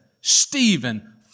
Stephen